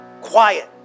Quiet